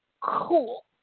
cool